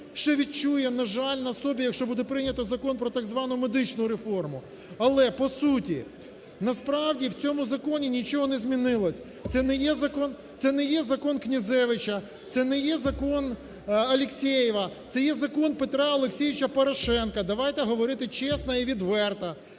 ще відчує, на жаль, на собі, якщо буде прийнятий Закон про так звану медичну реформу. Але по суті, насправді в цьому законі нічого не змінилось. Це не є закон, це не є закон Князевича, це не є закон Алєксєєва. Це є Закон Петра Олексійовича Порошенка, давайте говорити чесно і відверто.